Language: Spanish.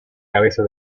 cabeza